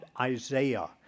Isaiah